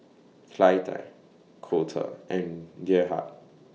Clytie Colter and Gerhard